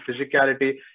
physicality